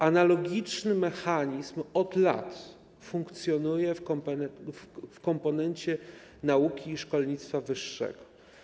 Analogiczny mechanizm od lat funkcjonuje w komponencie nauki i szkolnictwa wyższego.